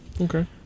Okay